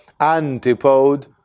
antipode